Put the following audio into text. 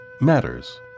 matters